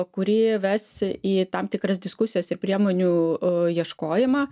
kuri ves į tam tikras diskusijas ir priemonių ieškojimą